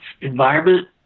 environment